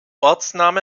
ortsname